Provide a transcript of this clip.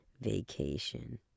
vacation